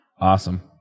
Awesome